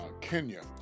Kenya